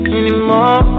anymore